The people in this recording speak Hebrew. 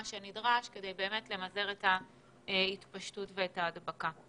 שנדרש כדי באמת למזער את ההתפשטות ואת ההדבקה.